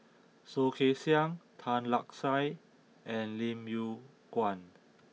Soh Kay Siang Tan Lark Sye and Lim Yew Kuan